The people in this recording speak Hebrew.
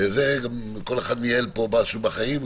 כל אחד ניהל פה משהו בחיים,